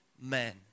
men